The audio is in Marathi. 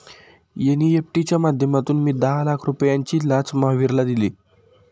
एन.ई.एफ.टी च्या माध्यमातून मी दहा लाख रुपयांची लाच महावीरला दिली